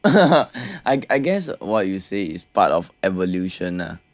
I guess what you say is part of evolution ah